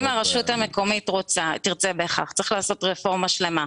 אם הרשות המקומית תרצה בכך צריך לעשות רפורמה שלמה.